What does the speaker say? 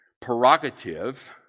prerogative